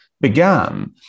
began